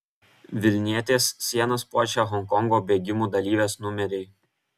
vilnietės sienas puošia honkongo bėgimų dalyvės numeriai